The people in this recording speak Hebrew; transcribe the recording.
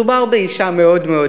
מדובר באישה מאוד מאוד